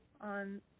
on